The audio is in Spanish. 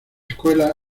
escuela